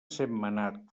sentmenat